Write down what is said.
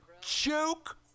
Joke